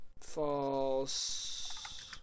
False